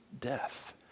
death